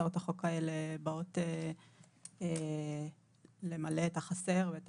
שהצעות החוק האלה באות למלא את החסר ואת